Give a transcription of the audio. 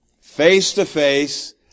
face-to-face